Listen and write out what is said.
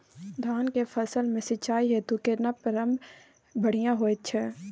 धान के फसल में सिंचाई हेतु केना प्रबंध बढ़िया होयत छै?